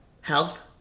Health